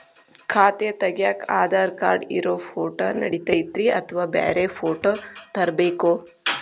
ಖಾತೆ ತಗ್ಯಾಕ್ ಆಧಾರ್ ಕಾರ್ಡ್ ಇರೋ ಫೋಟೋ ನಡಿತೈತ್ರಿ ಅಥವಾ ಬ್ಯಾರೆ ಫೋಟೋ ತರಬೇಕೋ?